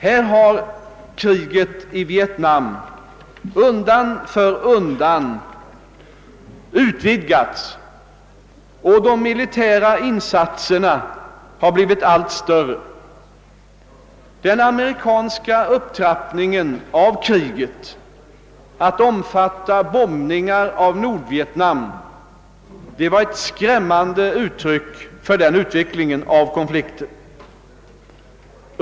Kriget i Vietnam har undan för undan utvidgats, och de militära insatserna har blivit allt större. Den amerikanska upptrappningen av kriget till att omfatta bombningar av Nordvietnam var ett skrämmande uttryck för denna utvidgning av konflikten.